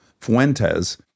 Fuentes